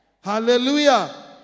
Hallelujah